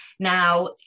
Now